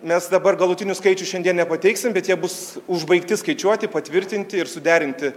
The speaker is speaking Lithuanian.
mes dabar galutinių skaičių šiandien nepateiksim bet jie bus užbaigti skaičiuoti patvirtinti ir suderinti